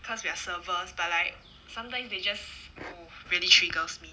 because we are servers but like sometimes they just really triggers me